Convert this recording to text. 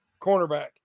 cornerback